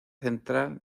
central